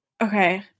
Okay